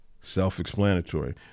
Self-explanatory